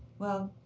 well,